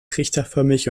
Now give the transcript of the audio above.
trichterförmig